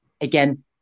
Again